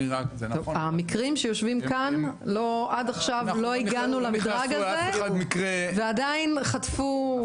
במקרים שיושבים כאן עד עכשיו לא הגענו למדרג הזה ועדיין חטפו.